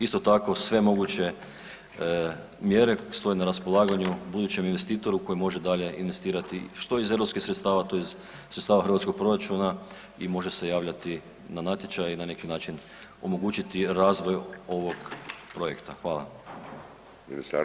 Isto tako sve moguće mjere stoje na raspolaganju budućem investitoru koji može dalje investirati, što iz europskih sredstava, to iz sredstava hrvatskog proračuna i može se javljati na natječaj i na neki način omogućiti razvoj ovog projekta.